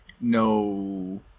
no